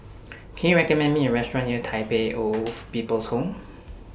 Can YOU recommend Me A Restaurant near Tai Pei oath People's Home